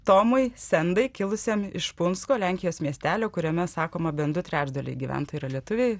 tomui sendai kilusiam iš punsko lenkijos miestelio kuriame sakoma bent du trečdaliai gyventojų yra lietuviai